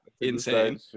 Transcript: Insane